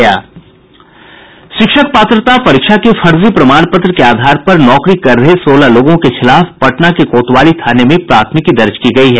शिक्षक पात्रता परीक्षा के फर्जी प्रमाण पत्र के आधार पर नौकरी कर रहे सोलह लोगों के खिलाफ पटना के कोतवाली थाने में प्राथमिकी दर्ज की गयी है